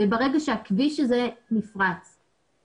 ברגע שהכביש הזה נפרץ,